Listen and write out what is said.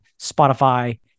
Spotify